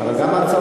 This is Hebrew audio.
אבל גם מעצר-בית,